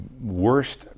worst